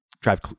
drive